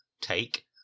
take